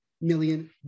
million